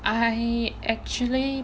I actually